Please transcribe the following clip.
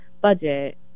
budget